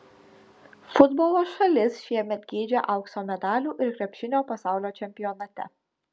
futbolo šalis šiemet geidžia aukso medalių ir krepšinio pasaulio čempionate